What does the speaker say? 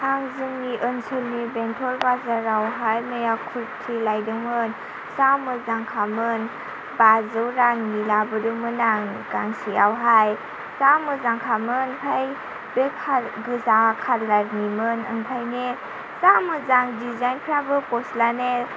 आं जोंनि ओनसोलनि बेंतल बाजारावहाय मैया कुरति लायदोंमोन जा मोजांखामोन बाजौ रांनि लाबोदोंमोन आं गांसेयावहाय जा मोजांखामोन ओमफ्राय बे फा गोजा खालारनिमोन ओंखायनो जा मोजां दिजाइनफ्राबो ग'स्लाना